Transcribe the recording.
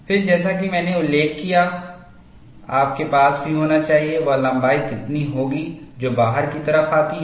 फिर जैसा कि मैंने उल्लेख किया है आपके पास भी होना चाहिए वह लंबाई कितनी होगी जो बाहर की तरफ आती है